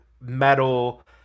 metal